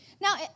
Now